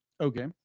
Okay